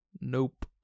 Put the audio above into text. Nope